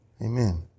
Amen